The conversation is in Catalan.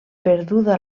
perduda